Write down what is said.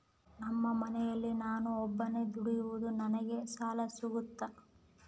ನಮ್ಮ ಮನೆಯಲ್ಲಿ ನಾನು ಒಬ್ಬನೇ ದುಡಿಯೋದು ನನಗೆ ಸಾಲ ಸಿಗುತ್ತಾ?